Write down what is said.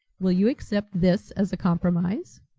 will you accept this as a compromise?